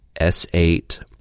S8